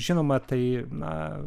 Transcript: žinoma tai na